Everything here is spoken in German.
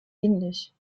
ähnlich